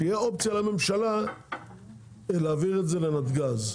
שתהיה אופציה לממשלה להעביר את זה לנתג"ז.